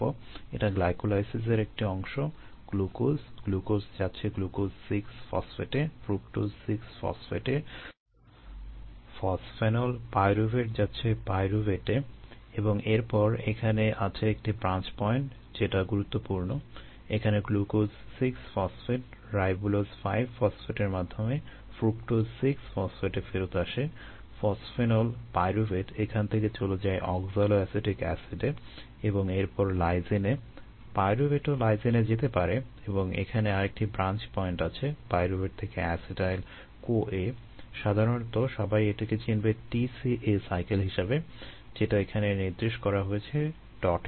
এটা গ্লাইকোলাইসিস বৃত্ত